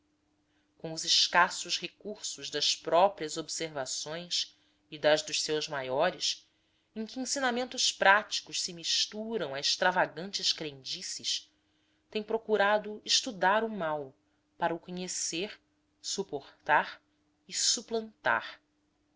com os escassos recursos das próprias observações e das dos seus maiores em que ensinamentos práticos se misturam a extravagantes crendices tem procurado estudar o mal para o conhecer suportar e suplantar